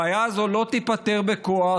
הבעיה הזאת לא תיפתר בכוח,